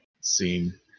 scene